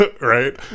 right